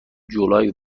جولای